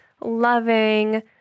loving